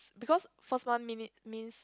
because first month me~ me~ means